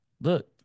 Look